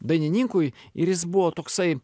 dainininkui ir jis buvo toksai